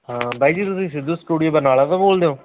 ਹਾਂ ਬਾਈ ਜੀ ਤੁਸੀਂ ਸਿੱਧੂ ਸਟੂਡੀਓ ਬਰਨਾਲਾ ਤੋਂ ਬੋਲਦੇ ਹੋ